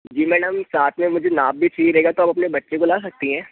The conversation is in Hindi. जी मैनम साथ में मुझे नाप भी चाहिए रहेगा तो आप अपने बच्चे को ला सकती हैं